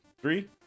Three